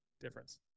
difference